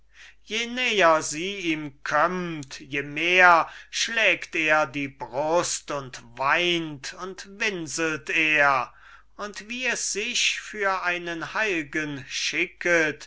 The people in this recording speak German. je näher sie ihm kömmt je mehr schlägt er die brust und weint und winselt er und wie es sich für einen heilgen schicket